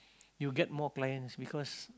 you'll get more clients because